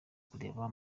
kureba